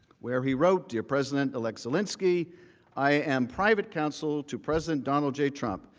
where he wrote dear president, like zelensky i am private counsel to president donald j trump.